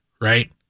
right